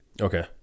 Okay